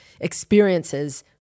experiences